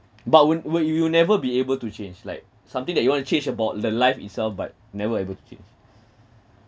but when when you'll never be able to change like something that you want to change about the life itself but never able to okay